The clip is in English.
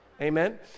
amen